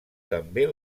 també